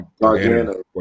Gargano